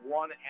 one